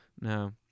No